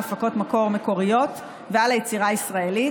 הפקות מקור מקוריות ועל היצירה הישראלית,